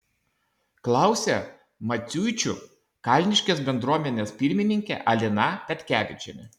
klausė maciuičių kalniškės bendruomenės pirmininkė alina petkevičienė